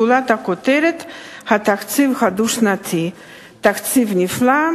וגולת הכותרת היא: התקציב הדו-שנתי תקציב נפלא,